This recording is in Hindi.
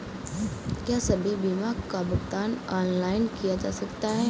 क्या सभी बीमा का भुगतान ऑनलाइन किया जा सकता है?